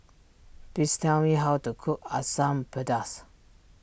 please tell me how to cook Asam Pedas